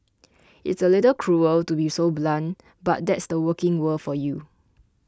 it's a little cruel to be so blunt but that's the working world for you